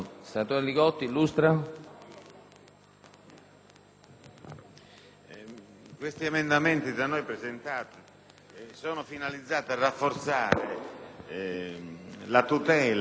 gli emendamenti da noi presentati sono finalizzati a rafforzare la tutela degli appalti dalle infiltrazioni mafiose.